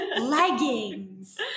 Leggings